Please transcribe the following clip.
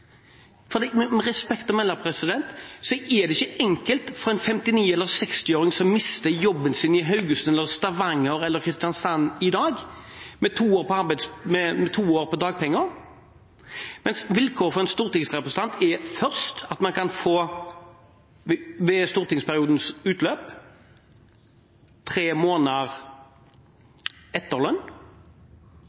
Med respekt å melde: Det er ikke enkelt for en 59- eller 60-åring som mister jobben sin i Haugesund, Stavanger eller Kristiansand i dag, med to år med dagpenger, mens vilkåret for en stortingsrepresentant – først – er at man ved stortingsperiodens utløp kan få tre måneder